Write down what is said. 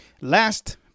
Last